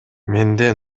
менде